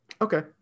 Okay